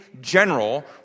general